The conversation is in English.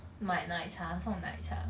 买奶茶送奶茶